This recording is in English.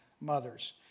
mothers